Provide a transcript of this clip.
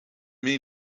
mean